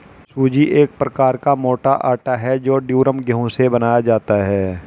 सूजी एक प्रकार का मोटा आटा है जो ड्यूरम गेहूं से बनाया जाता है